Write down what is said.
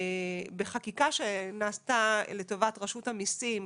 בחקיקה שנעשתה לטובת רשות המיסים,